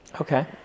Okay